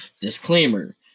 disclaimer